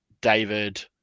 David